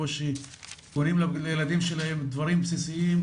בקושי קונים לילדים שלהם דברים בסיסיים,